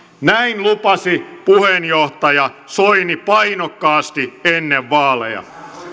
näin lupasi puheenjohtaja soini painokkaasti ennen vaaleja